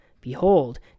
Behold